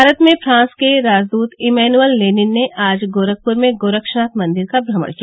भारत में फ्रांस के राजदूत इमैनुएल लेनिन ने आज गोरखपुर में गोरक्षनाथ मंदिर का भ्रमण किया